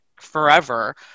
forever